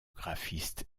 graphiste